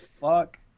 fuck